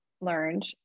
learned